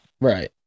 right